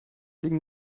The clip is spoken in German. liegen